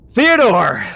Theodore